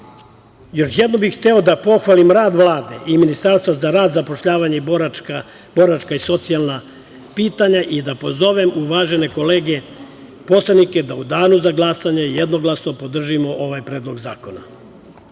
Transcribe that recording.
jednom bih hteo da pohvalim rad Vlade i Ministarstva za rad, zapošljavanje i boračka i socijalna pitanja i da pozovem uvažene kolege poslanike da u danu za glasanje jednoglasno podržimo ovaj predlog zakona. Imajući